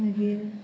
मागीर